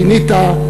כינית: